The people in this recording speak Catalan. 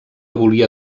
volia